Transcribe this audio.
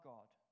God